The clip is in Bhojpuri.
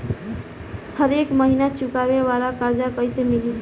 हरेक महिना चुकावे वाला कर्जा कैसे मिली?